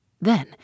Then